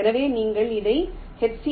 எனவே நீங்கள் அதை எச்